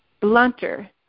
blunter